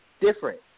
different